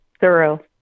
thorough